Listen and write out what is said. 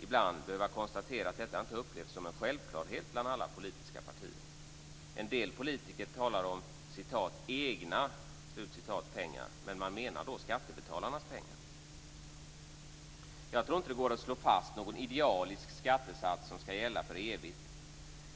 ibland behöva konstatera att detta inte upplevs som en självklarhet bland alla politiska partier. En del politiker talar om "egna" pengar, men de menar skattebetalarnas pengar. Jag tror inte att det går att slå fast någon idealisk skattesats som skall gälla för evigt.